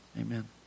Amen